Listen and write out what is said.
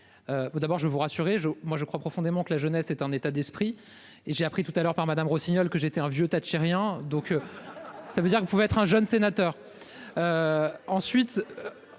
D'abord je vous rassurer joue moi je crois profondément que la jeunesse est un état d'esprit et j'ai appris tout à l'heure par Madame Rossignol que j'étais un vieux thatchérien donc. Ça veut dire qu'il pouvait être un jeune sénateur. Ensuite.